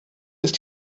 ist